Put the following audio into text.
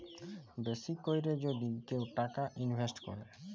বেশি ক্যরে যদি কেউ টাকা ইলভেস্ট ক্যরে